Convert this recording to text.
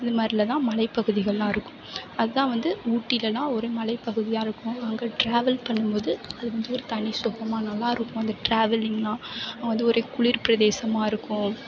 இது மாதிரிலாம் வந்து மலைப்பகுதிகளெலாம் இருக்கும் அது தான் வந்து ஊட்டியெலேலாம் ஒரு மலை பகுதியாக இருக்கும் அங்கே ட்ராவல் பண்ணும்போது அது வந்து ஒரு தனி சுகமாக நல்லா இருக்கும் அந்த ட்ராவெலிங்கெலாம் அது ஒரே குளிர் பிரதேசமாக இருக்கும்